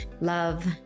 love